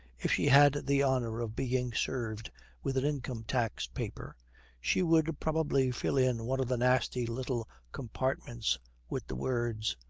if she had the honour of being served with an income-tax paper she would probably fill in one of the nasty little compartments with the words,